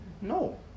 No